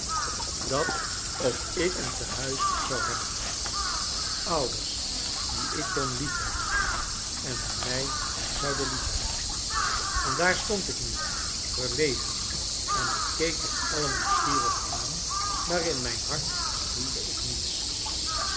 dat ook ik een tehuis zou hebben ouders die ik kon liefhebben en die mij zouden liefhebben en daar stond ik nu verlegen en keek hen allen nieuwsgierig aan maar in mijn hart voelde ik niets